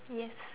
yes